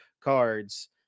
cards